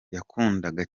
yakundaga